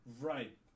right